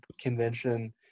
convention